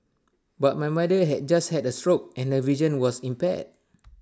but my mother had just had A stroke and her vision was impaired